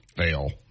Fail